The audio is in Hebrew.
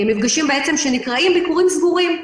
מפגשים שנקראים ביקורים סגורים.